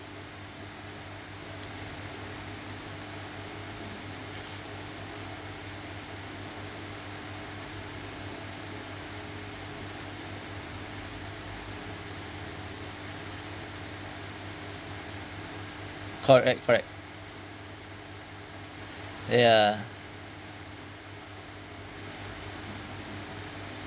correct correct ya